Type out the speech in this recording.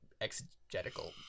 exegetical